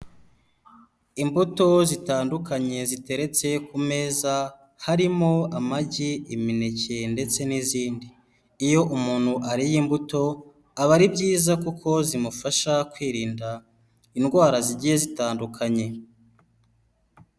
Imbuto zitandukanye ziteretse ku meza harimo amagi imineke ndetse n'izindi iyo umuntu ariye imbuto aba ari byiza kuko zimufasha kwirinda indwara zigiye zitandukanye.